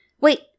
wait